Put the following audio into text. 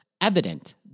evident